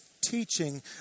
teaching